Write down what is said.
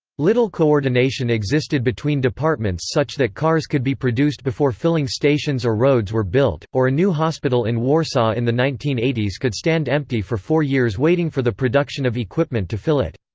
little coordination existed between departments such that cars could be produced before filling stations or roads were built, or a new hospital in warsaw in the nineteen eighty s could stand empty for four years waiting for the production of equipment to fill it.